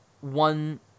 one